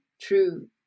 true